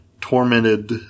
tormented